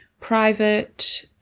private